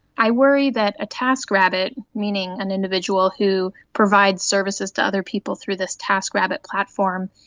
i worry that a taskrabbit, meaning an individual who provide services to other people through this taskrabbit platform,